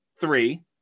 three